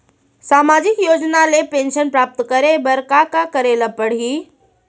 सामाजिक योजना ले पेंशन प्राप्त करे बर का का करे ल पड़ही?